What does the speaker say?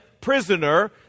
prisoner